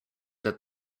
that